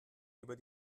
über